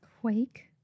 quake